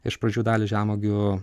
iš pradžių dalį žemuogių